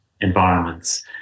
environments